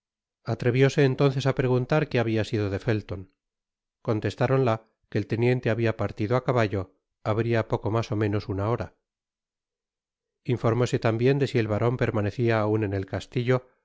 diferente atrevióse entonces á preguntar que habia sido de fellon contestáronla que el teniente habia partido á caballo habria poco mas ó menos una hora informóse tambien de si el baron permanecia aun en el castillo